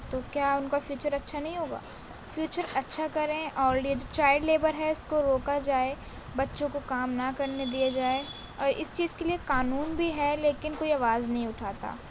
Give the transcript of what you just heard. تو کیا ان کا فیوچر اچھا نہیں ہوگا فیوچر اچھا کریں اور یہ جو چائلڈ لیبر ہے اس کو روکا جائے بچوں کو کام نہ کرنے دیا جائے اور اس چیز کے لیے قانون بھی ہے لیکن کوئی آواز نہیں اٹھاتا